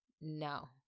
no